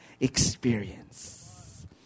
experience